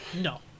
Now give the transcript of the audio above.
no